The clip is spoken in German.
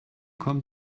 kommen